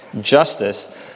justice